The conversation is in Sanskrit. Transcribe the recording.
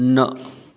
न